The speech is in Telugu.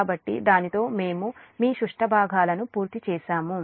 కాబట్టి దీనితో మేము మీ సుష్ట భాగాలను పూర్తి చేసాము